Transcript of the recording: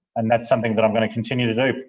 and that's something that i'm going to continue to do.